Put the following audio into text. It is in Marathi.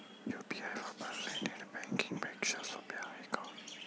यु.पी.आय वापरणे नेट बँकिंग पेक्षा सोपे आहे का?